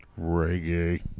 Reggae